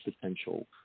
potential